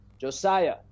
josiah